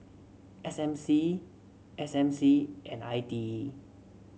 S M C S M C and I T E